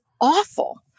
awful